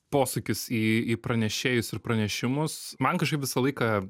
posūkis į į pranešėjus ir pranešimus man kažkaip visą laiką